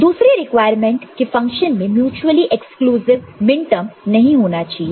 दूसरी रिक्वायरमेंट की फंक्शन में म्युचुअली एक्सक्लूसिव मिनटर्म नहीं होना चाहिए